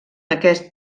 aquest